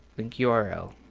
link yeah url,